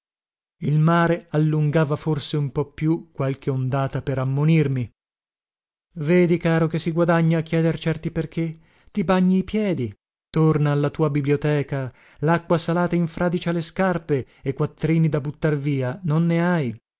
il mare allungava forse un po più qualche ondata per ammonirmi vedi caro che si guadagna a chieder certi perché ti bagni i piedi torna alla tua biblioteca lacqua salata infradicia le scarpe e quattrini da buttar via non ne hai